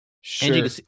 Sure